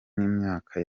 n’imyaka